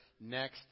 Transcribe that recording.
next